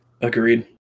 Agreed